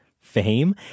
Fame